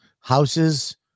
houses